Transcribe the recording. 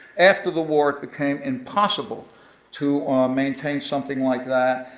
after the war it became impossible to maintain something like that,